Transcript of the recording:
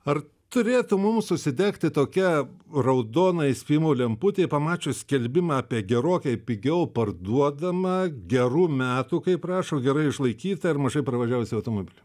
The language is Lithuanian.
ar turėtų mums užsidegti tokia raudona įspėjimo lemputė pamačius skelbimą apie gerokai pigiau parduodamą gerų metų kaip rašo gerai išlaikytą ir mažai pravažiavusį automobilį